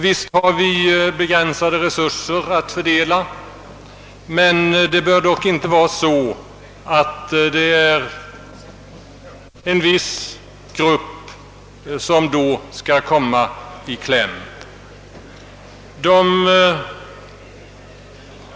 Visst har vi begränsade resurser att fördela, men det bör inte vara så att en viss grupp då skall komma i kläm.